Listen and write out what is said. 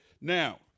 Now